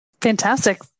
Fantastic